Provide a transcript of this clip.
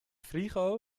frigo